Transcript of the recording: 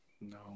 No